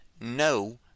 no